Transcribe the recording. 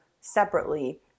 separately